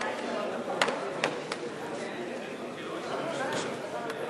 כאילו אני איזה